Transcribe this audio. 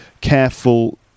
careful